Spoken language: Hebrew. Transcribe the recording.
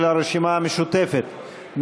של הרשימה המשותפת,